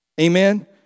Amen